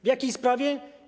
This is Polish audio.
W jakiej sprawie?